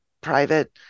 private